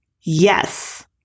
Yes